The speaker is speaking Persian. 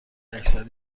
اکثر